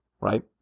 right